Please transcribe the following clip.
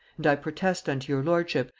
and i protest unto your lordship,